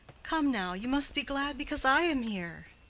come now! you must be glad because i am here.